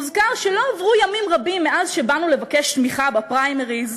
הוזכר שלא עברו ימים רבים מאז שבאנו לבקש תמיכה בפריימריז,